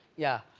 yeah.